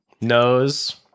Nose